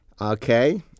Okay